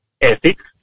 ethics